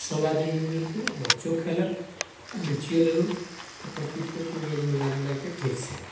सब आदमी मिलजुलिके बच्चो खएलक आओर बेचिओ लेलहुँ तऽ पपितोके उपज मिलाजुलाके ठीक छै